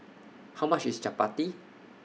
How much IS Chapati